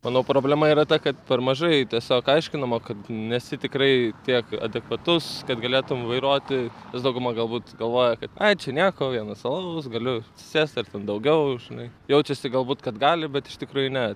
manau problema yra ta kad per mažai tiesiog aiškinama kad nesi tikrai tiek adekvatus kad galėtum vairuoti nes dauguma galbūt galvoja kad ai čia nienko vienas alaus bus galiu sėst ir ten daugiau žinai jaučiasi galbūt kad gali bet iš tikrųjų ne